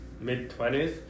mid-twenties